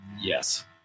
Yes